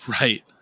right